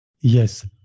Yes